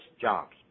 jobs